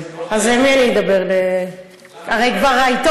אני לא חייבת תשובת שר?